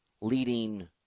leading